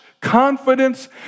confidence